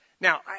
Now